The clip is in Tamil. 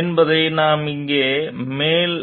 என்பதை நாம் இங்கே மேல்